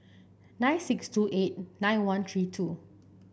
nine six two eight nine one three two